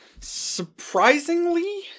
Surprisingly